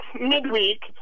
midweek